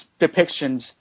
depictions